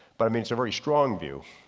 but i mean it's a very strong view.